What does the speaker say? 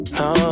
no